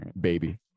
baby